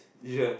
you sure